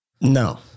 No